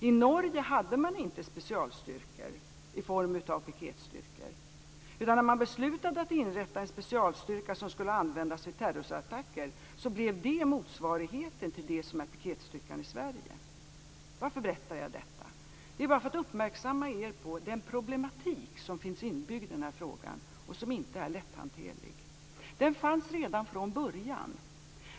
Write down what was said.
I Norge hade man inte specialstyrkor i form av piketstyrkor, utan när man beslutade att inrätta en specialstyrka som skulle användas vid terrorattacker blev det motsvarigheten till det som är piketstyrkan i Sverige. Varför berättar jag detta? Det är bara för att uppmärksamma er på den problematik som finns inbyggd i denna fråga och som inte är lätthanterlig. Den fanns redan från början.